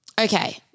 Okay